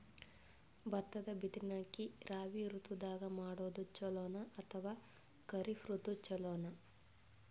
ಭತ್ತದ ಬಿತ್ತನಕಿ ರಾಬಿ ಋತು ದಾಗ ಮಾಡೋದು ಚಲೋನ ಅಥವಾ ಖರೀಫ್ ಋತು ಚಲೋನ?